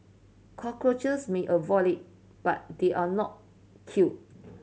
cockroaches may avoid it but they are not killed